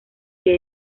que